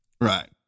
Right